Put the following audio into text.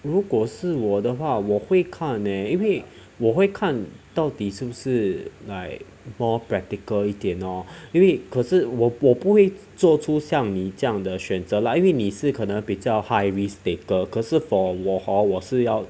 如果是我的话我会看 eh 因为我会看到底是不是 like more practical 一点咯因为可是我我不会做出像你这样的选择啦因为你是可能比较 high risk taker 可是 for 我 hor 我是要